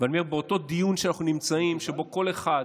ואני אומר, באותו דיון שאנחנו נמצאים, שבו כל אחד,